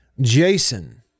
Jason